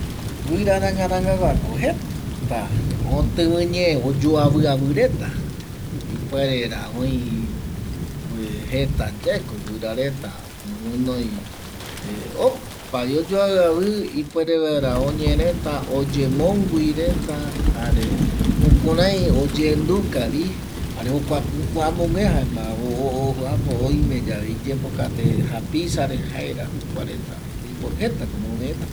Guɨraranga rangaguako jeta otɨvɨñe oyoavɨavɨ reta ipuerera oi jeta yaeko guɨra reta ñoguɨnoi opavi oyoavɨavɨ reta ipuere vaera oyemomgui reta jare jukurai oyendukavi jare jokua amoguë oime yave iyembokate japisare jaera jokua reta oipuru jetako ñoguɨnoi reta